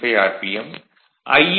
n2 375 R